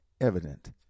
evident